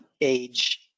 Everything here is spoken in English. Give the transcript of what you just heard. age